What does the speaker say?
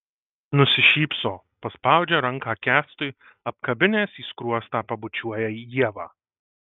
nusišypso paspaudžia ranką kęstui apkabinęs į skruostą pabučiuoja ievą